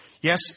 Yes